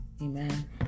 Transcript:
Amen